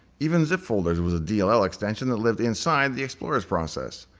even zipfolders was a dll extension that lived inside the explorer's process.